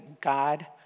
God